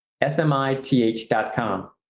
S-M-I-T-H.com